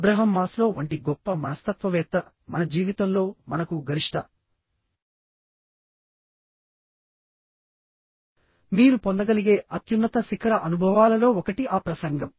Abraham Maslow వంటి గొప్ప మనస్తత్వవేత్త మన జీవితంలో మనకు గరిష్ట మీరు పొందగలిగే అత్యున్నత శిఖర అనుభవాలలో ఒకటి ఆ ప్రసంగం